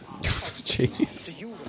Jeez